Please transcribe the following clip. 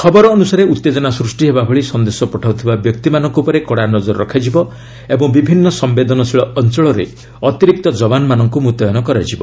ଖବର ଅନୁସାରେ ଉତ୍ତେଜନା ସୃଷ୍ଟିହେବା ଭଳି ସନ୍ଦେଶ ପଠାଉଥିବା ବ୍ୟକ୍ତିମାନଙ୍କ ଉପରେ କଡ଼ା ନଜର ରଖାଯିବ ଓ ବିଭିନ୍ନ ସମ୍ପେଦନଶୀଳ ଅଞ୍ଚଳରେ ଅତିରିକ୍ତ ଯବାନମାନଙ୍କୁ ମୁତୟନ କରାଯିବ